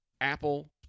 Apple